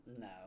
no